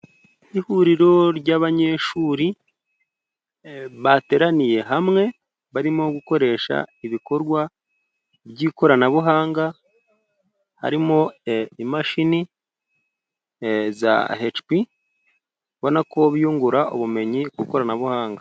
Ihuriro ry'abanyeshuri bateraniye hamwe barimo gukoresha ibikorwa by'ikoranabuhanga, harimo imashini za HP, ubonako biyungura ubumenyi ikoranabuhanga.